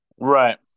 Right